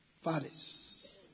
fathers